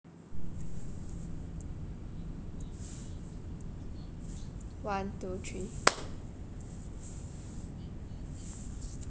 one two three